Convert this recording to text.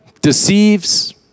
Deceives